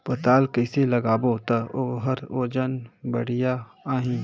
पातल कइसे लगाबो ता ओहार वजन बेडिया आही?